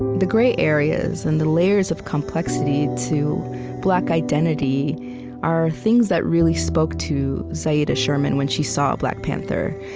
the gray areas and the layers of complexity to black identity are things that really spoke to zahida sherman when she saw black panther.